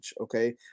okay